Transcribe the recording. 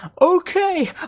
Okay